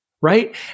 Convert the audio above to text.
right